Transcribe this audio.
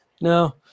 No